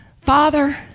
Father